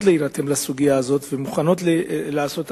להירתם לסוגיה הזאת ומוכנות לעשות הכול,